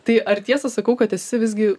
tai ar tiesą sakau kad esi visgi